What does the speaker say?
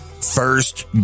first